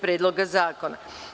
Predloga zakona.